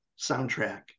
soundtrack